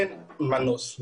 אין מנוס.